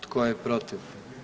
Tko je protiv?